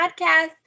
podcast